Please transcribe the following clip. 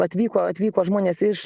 atvyko atvyko žmonės iš